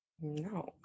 No